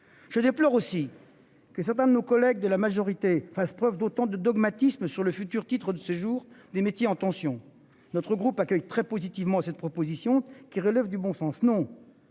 Je déplore aussi que certains de nos collègues de la majorité fassent preuve d'autant de dogmatisme sur le futur titre de séjour des métiers en tension. Notre groupe accueille très positivement à cette proposition qui relève du bon sens,